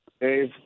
Dave